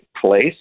place